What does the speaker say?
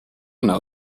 know